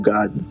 God